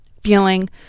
feeling